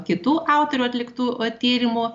kitų autorių atliktų tyrimų